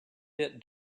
bit